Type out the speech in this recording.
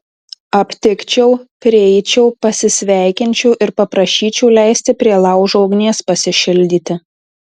aptikčiau prieičiau pasisveikinčiau ir paprašyčiau leisti prie laužo ugnies pasišildyti